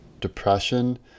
Depression